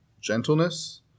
gentleness